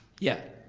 yeah.